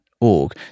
org